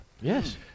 Yes